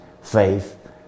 faith